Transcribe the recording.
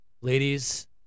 ladies